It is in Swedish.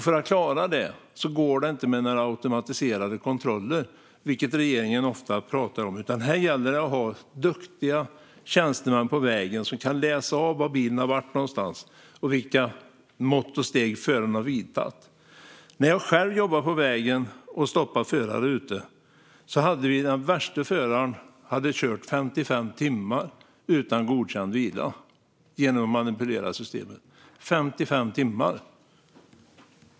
För att komma åt detta räcker det inte med några automatiserade kontroller, vilket regeringen ofta pratar om, utan det gäller att ha duktiga tjänstemän på vägen som kan läsa av var bilen har varit och vilka mått och steg föraren har tagit. Jag har själv jobbat ute på vägen och stoppat förare. Den värsta föraren då hade kört 55 timmar utan godkänd vila genom att manipulera systemet - 55 timmar.